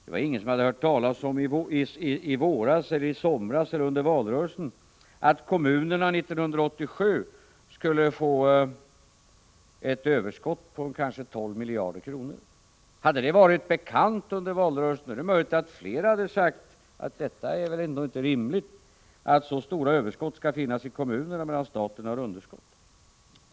Det var ingen som i våras, i somras eller senare under valrörelsen hade hört talas om att kommunerna 1987 skulle få ett överskott på kanske 12 miljarder kronor. Hade detta varit bekant under valrörelsen är det möjligt att flera hade sagt: Det är väl inte rimligt att så stora överskott skall finnas hos kommunerna, medan staten har underskott.